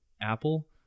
Apple